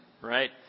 right